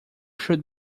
should